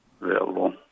available